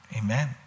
Amen